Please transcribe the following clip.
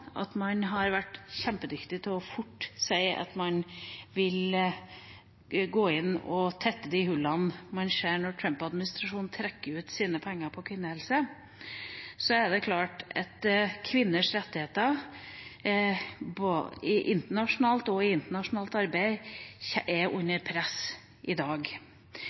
at man har vært kjempedyktig til fort å si at man vil gå inn og tette de hullene man ser når Trump-administrasjonen trekker ut sine penger til kvinnehelse, er det klart at kvinners rettigheter internasjonalt og i internasjonalt arbeid er under press i dag.